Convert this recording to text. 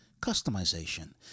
customization